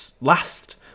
last